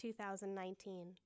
2019